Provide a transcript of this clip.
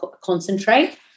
concentrate